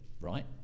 right